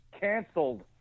canceled